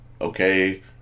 okay